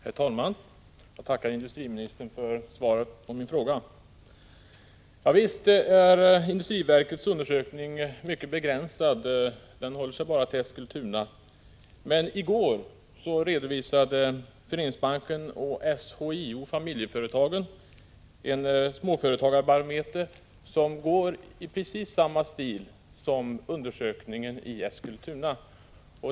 Herr talman! Jag tackar industriministern för svaret på min fråga. Ja, visst är industriverkets undersökning mycket begränsad — den håller sig bara till Eskilstuna — men i går redovisade Föreningsbanken och SHIO Familjeföretagen en småföretagarbarometer som går i precis samma stil som undersökningen i Eskilstuna.